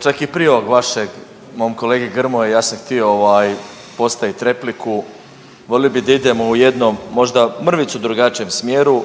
Čak i prije ovog vašeg mom kolegi Grmoji ja sam htio postavit repliku, volio bi da idemo u jednom možda mrvicu drugačijem smjeru